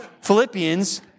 Philippians